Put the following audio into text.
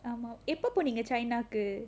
ஆமா எப்ப போனிங்க:aamaa eppa poneenga china க்கு:kku